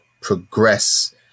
progress